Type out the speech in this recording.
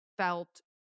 felt